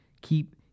keep